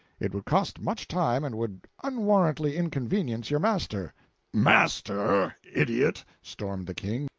it would cost much time, and would unwarrantably inconvenience your master master, idiot! stormed the king.